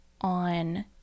on